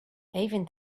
even